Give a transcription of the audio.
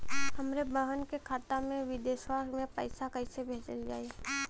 हमरे बहन के खाता मे विदेशवा मे पैसा कई से भेजल जाई?